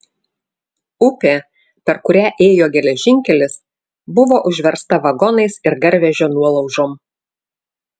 upė per kurią ėjo geležinkelis buvo užversta vagonais ir garvežio nuolaužom